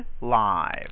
live